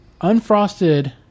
unfrosted